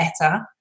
better